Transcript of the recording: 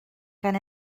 gan